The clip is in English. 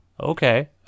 okay